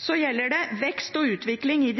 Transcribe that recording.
Så gjelder det vekst og utvikling i